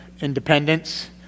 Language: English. Independence